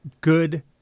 good